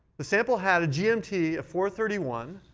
the sample had a gmt of four thirty one,